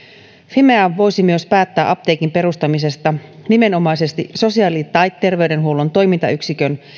fimea voisi myös päättää apteekin perustamisesta nimenomaisesti sosiaali tai terveydenhuollon toimintayksikön